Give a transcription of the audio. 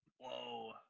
Whoa